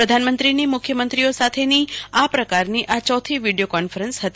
પ્રધાનમંત્રીની મુખ્યમંત્રીઓ સાથેની આ પ્રકારની આ ચોથી વિડિય કોન્ફરન્સન હતી